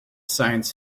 science